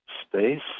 space